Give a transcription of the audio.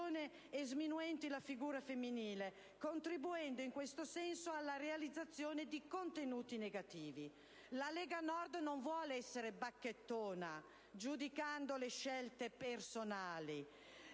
La Lega Nord non vuole essere bacchettona, giudicando le scelte personali,